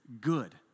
good